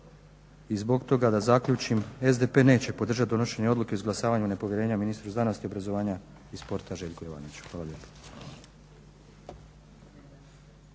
I zbog toga da zaključim, SDP neće podržati donošenje Odluke o izglasavanju nepovjerenja ministru znanosti, obrazovanja i sporta Željku Jovanoviću. Hvala lijepo.